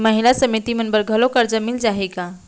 महिला समिति मन बर घलो करजा मिले जाही का?